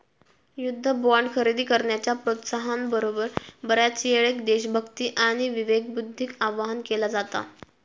युद्ध बॉण्ड खरेदी करण्याच्या प्रोत्साहना बरोबर, बऱ्याचयेळेक देशभक्ती आणि विवेकबुद्धीक आवाहन केला जाता